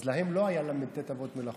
אז לא היו להם ל"ט אבות מלאכה,